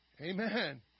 Amen